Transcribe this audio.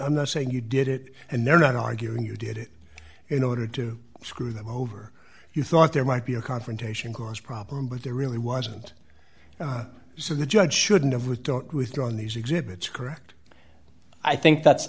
i'm not saying you did it and they're not arguing you did it in order to screw them over you thought there might be a confrontation gore's problem but there really wasn't so the judge shouldn't have with don't withdraw on these exhibits correct i think that's